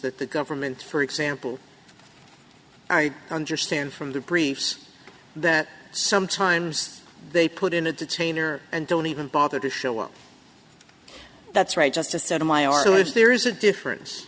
that the government for example i understand from the briefs that sometimes they put in a detainer and don't even bother to show up that's right just to set a my are so if there is a difference